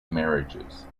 marriages